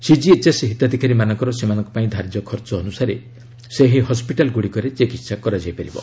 CGHS ହିତାଧିକାରୀ ମାନଙ୍କର ସେମାନଙ୍କ ପାଇଁ ଧାର୍ଯ୍ୟ ଖର୍ଚ୍ଚ ଅନୁସାରେ ଏହି ହସ୍କିଟାଲ ଗୁଡ଼ିକରେ ଚିକିତ୍ସା କରାଯିବ